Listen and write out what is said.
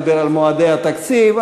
דיבר על מועדי התקציב,